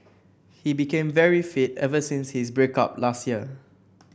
he became very fit ever since his break up last year